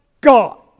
God